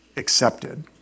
accepted